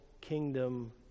kingdom